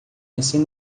recém